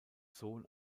sohn